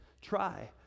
try